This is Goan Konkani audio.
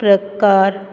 प्रकार